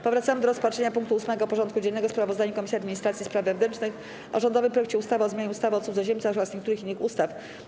Powracamy do rozpatrzenia punktu 8. porządku dziennego: Sprawozdanie Komisji Administracji i Spraw Wewnętrznych o rządowym projekcie ustawy o zmianie ustawy o cudzoziemcach oraz niektórych innych ustaw.